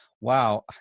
wow